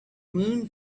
moon